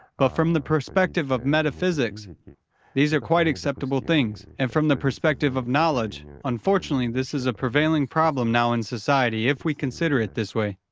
but from the perspective of metaphysics these are quite acceptable things. and from the perspective of knowledge, unfortunately, this is a prevailing problem now in society, if we consider it this way.